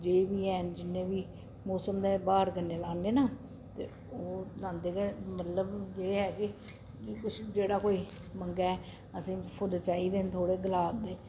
जे बी हैन जिन्ने बी मौसम दे ब्हार कन्नै लान्ने ना ते ओह् लांदे ते मतलब एह् ऐ कि भई किश जेह्ड़ा कोई मंगै ते फुल्ल चाहिदे न थोह्ड़े गलाब दे